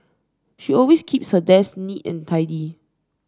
she always keeps her desk neat and tidy